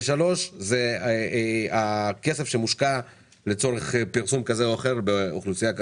ושלוש זה הכסף שמושקע לצורך פרסום כזה או אחר באוכלוסייה כזו או אחרת.